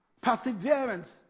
Perseverance